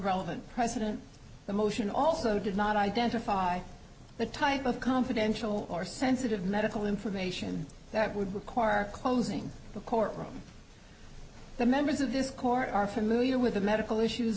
relevant president the motion also did not identify the type of confidential or sensitive medical information that would require closing the court room the members of this court are familiar with the medical issues